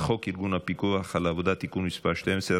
חוק ארגון הפיקוח על העבודה (תיקון מס' 12),